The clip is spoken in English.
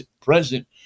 present